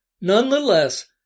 nonetheless